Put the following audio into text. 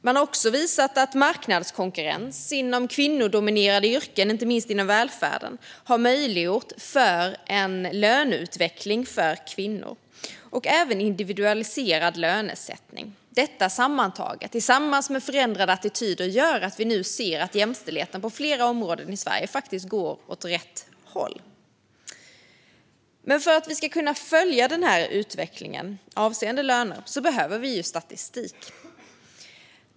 Man har också visat att marknadskonkurrens och individualiserad lönesättning inom kvinnodominerade yrken, inte minst inom välfärden, har möjliggjort en löneutveckling för kvinnor. Detta sammantaget, tillsammans med förändrade attityder, gör att vi nu ser att jämställdheten på flera områden i Sverige faktiskt går åt rätt håll. Men för att vi ska kunna följa denna utveckling avseende löner behöver vi statistik.